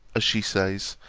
as she says,